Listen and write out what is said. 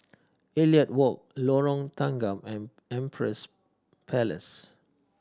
Elliot Walk Lorong Tanggam and Empress Place